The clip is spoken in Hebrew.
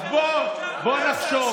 אז בוא נחשוב,